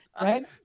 Right